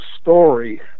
story